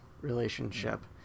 relationship